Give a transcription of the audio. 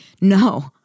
No